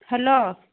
hello